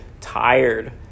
tired